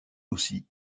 aussi